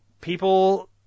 People